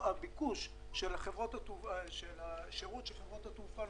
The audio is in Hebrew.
הביקוש לשירות שנותנות חברות התעופה,